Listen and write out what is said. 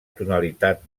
tonalitat